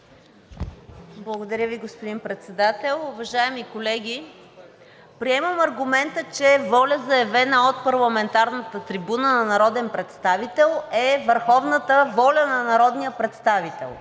Благодаря Ви, господин Председател. Уважаеми колеги, приемам аргумента, че воля, заявена от парламентарната трибуна на народен представител, е върховната воля на народния представител.